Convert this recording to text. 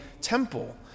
temple